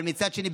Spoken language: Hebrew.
אבל מצד שני,